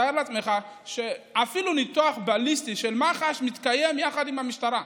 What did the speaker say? תאר לעצמך שאפילו ניתוח אידיאליסטי של מח"ש מתקיים יחד עם המשטרה.